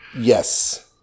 Yes